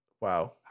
Wow